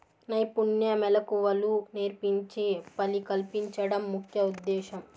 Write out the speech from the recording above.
నైపుణ్య మెళకువలు నేర్పించి పని కల్పించడం ముఖ్య ఉద్దేశ్యం